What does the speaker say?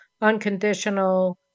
unconditional